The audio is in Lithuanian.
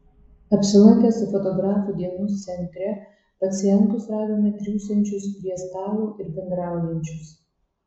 apsilankę su fotografu dienos centre pacientus radome triūsiančius prie stalo ir bendraujančius